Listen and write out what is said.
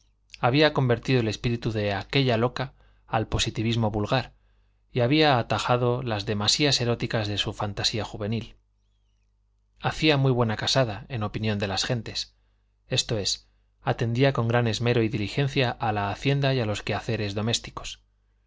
había convertido el espíritu de aquella loca al positivismo vulgar y había atajado las demasías eróticas de su fantasía juvenil hacía muy buena casada en opinión de las gentes esto es atendía con gran esmero y diligencia a la hacienda y a los quehaceres domésticos